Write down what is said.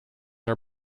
are